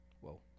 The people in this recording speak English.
Whoa